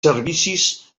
servicis